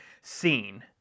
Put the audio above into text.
seen